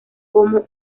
como